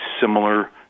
similar